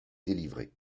délivré